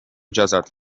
жазат